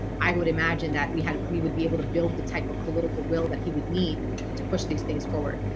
i would imagine that we had we would be able to build the type of political will that he would need to push these things forward?